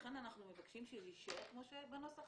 לכן אנחנו מבקשים שזה יישאר כפי שזה בנוסח.